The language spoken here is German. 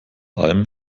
alm